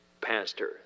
Pastor